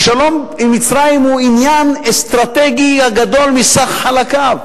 שהשלום עם מצרים הוא עניין אסטרטגי הגדול מסך חלקיו.